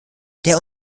der